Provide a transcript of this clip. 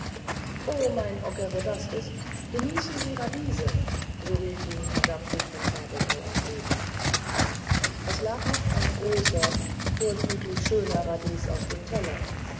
o mein ockerodastes genießen sie radiese so rief ihm herr dapsul von zabelthau entgegen es lag noch ein großer vorzüglich schöner radies auf dem teller